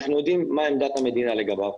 אנחנו יודעים מה עמדת המדינה לגביו,